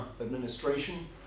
administration